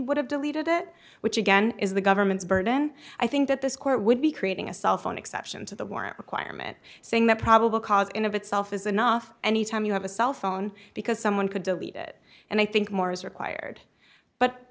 would have deleted it which again is the government's burden i think that this court would be creating a cell phone exception to the warrant requirement saying that probable cause in of itself is enough any time you have a cell phone because someone could delete it and i think more is required